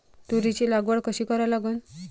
तुरीची लागवड कशी करा लागन?